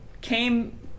came